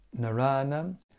Narana